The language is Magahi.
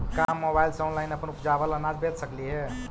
का हम मोबाईल से ऑनलाइन अपन उपजावल अनाज बेच सकली हे?